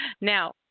Now